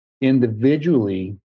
individually